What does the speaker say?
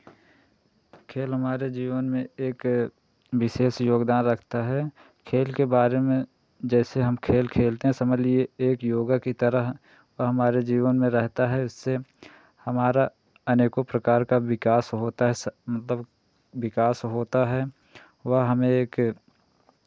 खेल हमारे जीवन में एक विशेष योगदान रखता है खेल के बारे में जैसे हम खेल खेलते हैं समझ लीजिए एक योगा की तरह वह हमारे जीवन में रहता है इससे हमारा अनेकों प्रकार का विकास होता है मतलब विकास होता है वह हमें एक